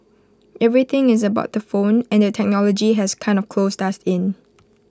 everything is about the phone and the technology has kind of closed us in